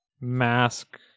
Mask